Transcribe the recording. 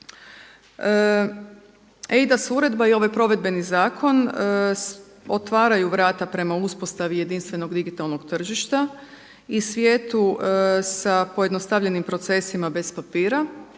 eIDAS uredba i ovaj provedbeni zakon otvaraju vrata prema uspostavi jedinstvenog digitalnog tržišta i svijetu sa pojednostavljenim procesima bez papira.